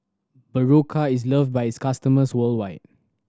Berocca is love by its customers worldwide